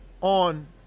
on